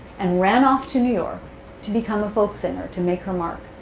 and ran off to new york to become a folk singer, to make her mark.